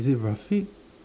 is it Rafiq